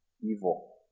evil